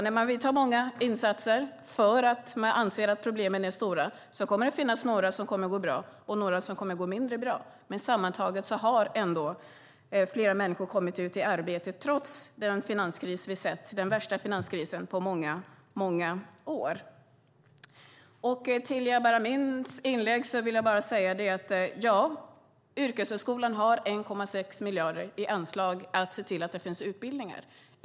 När man vill göra många insatser därför att man anser att problemen är stora kommer det att finnas några som går bra och några som kommer att gå mindre bra. Men sammantaget har fler människor kommit ut i arbete trots den finanskris vi har sett - den värsta på många år. Till Jabar Amins inlägg vill jag säga att yrkeshögskolan har 1,6 miljarder i anslag för att se till att det finns utbildningar.